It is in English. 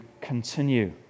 continue